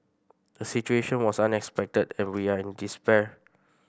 the situation was unexpected and we are in despair